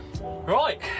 Right